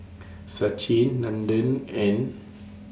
Sachin Nandan and